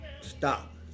stop